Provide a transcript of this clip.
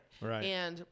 Right